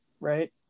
right